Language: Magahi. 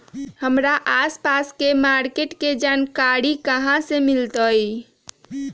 हमर आसपास के मार्किट के जानकारी हमरा कहाँ से मिताई?